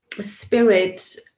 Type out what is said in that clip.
spirit